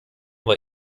war